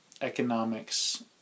economics